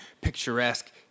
picturesque